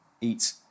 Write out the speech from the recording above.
eat